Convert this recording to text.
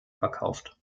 verkauft